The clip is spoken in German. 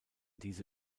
diese